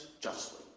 justly